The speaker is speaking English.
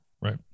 Right